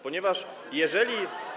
Ponieważ, jeżeli.